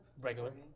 Regular